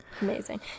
amazing